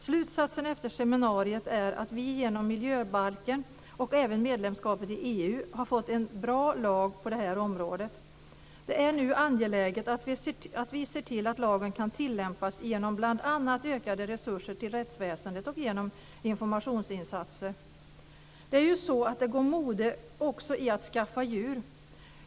Slutsatsen efter seminariet är att vi genom miljöbalken och även medlemskapet i EU har fått en bra lag på det här området. Det är nu angeläget att vi ser till att lagen kan tillämpas genom bl.a. ökade resurser till rättsväsendet och genom informationsinsatser. Det går mode också i att skaffa djur.